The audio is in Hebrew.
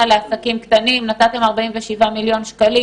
לעסקים קטנים: נתתם 47 מיליון שקלים,